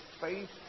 faith